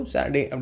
Saturday